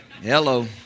Hello